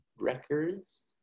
records